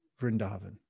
Vrindavan